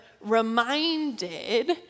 reminded